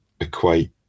equate